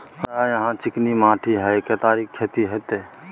हमरा यहाँ चिकनी माटी हय केतारी के खेती होते?